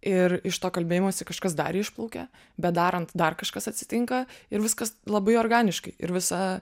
ir iš to kalbėjimosi kažkas dar išplaukė bet darant dar kažkas atsitinka ir viskas labai organiškai ir visa